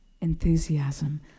enthusiasm